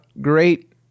great